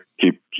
keep